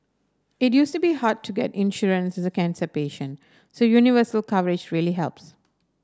it used to be hard to get insurance as a cancer patient so universal coverage really helps